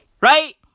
Right